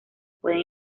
puede